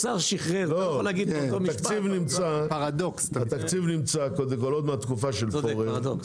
התקציב נמצא עוד מהתקופה של פורר.